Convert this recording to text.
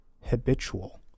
habitual